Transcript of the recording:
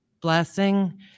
blessing